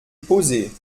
posées